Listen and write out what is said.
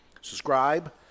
Subscribe